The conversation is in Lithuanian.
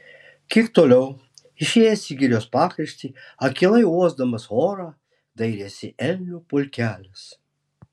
kiek toliau išėjęs į girios pakraštį akylai uosdamas orą dairėsi elnių pulkelis